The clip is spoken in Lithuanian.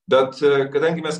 bet kadangi mes